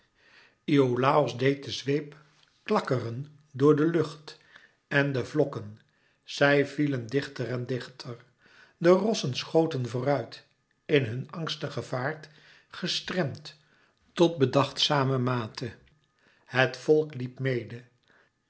iolàos deed den zweep klakkeren door de lucht en de vlokken zij vielen dichter en dichter de rossen schoten vooruit in hun angstigen vaart gestremd tot bedachtzame mate het volk liep mede